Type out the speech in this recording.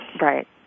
Right